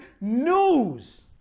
news